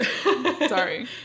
Sorry